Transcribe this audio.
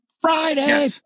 Friday